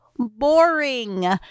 boring